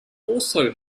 also